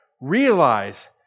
realize